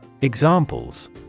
Examples